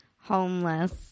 homeless